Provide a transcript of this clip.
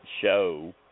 show